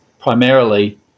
primarily